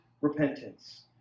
repentance